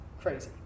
crazy